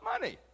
Money